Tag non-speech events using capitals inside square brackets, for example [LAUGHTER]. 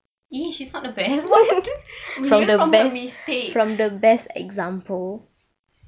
!ee! she is not the best [LAUGHS] we learn from her mistakes